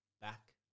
back